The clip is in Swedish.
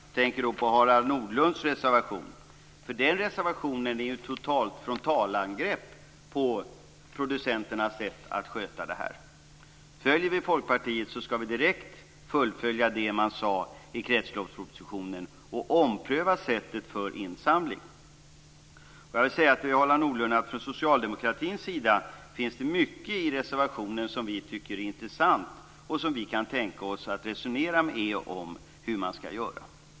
Jag tänker då på Harald Nordlunds reservation, för den reservationen är ju ett frontalangrepp på producenternas sätt att sköta insamlingen. Följer vi Folkpartiet skall vi direkt fullfölja det man sade i kretsloppspropositionen och ompröva sättet för insamling. Jag vill säga till Harald Nordlund att vi från socialdemokratins sida tycker att det finns mycket i reservationen som är intressant och som vi kan tänka oss att resonera med er om.